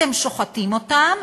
אתם שוחטים אותם,